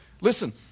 Listen